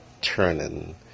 turning